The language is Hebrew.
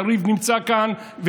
יריב נמצא כאן,